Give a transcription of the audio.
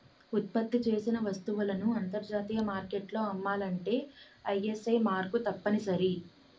ఉత్పత్తి చేసిన వస్తువులను అంతర్జాతీయ మార్కెట్లో అమ్మాలంటే ఐఎస్ఐ మార్కు తప్పనిసరి